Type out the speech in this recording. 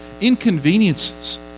inconveniences